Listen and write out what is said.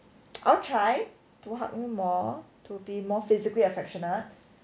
I'll try to hug you more to be more physically affectionate